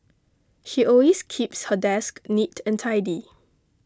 she always keeps her desk neat and tidy